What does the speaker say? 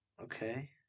Okay